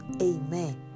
amen